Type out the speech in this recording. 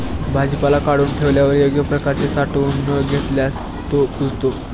भाजीपाला काढून ठेवल्यावर योग्य प्रकारे साठवून न घेतल्यास तो कुजतो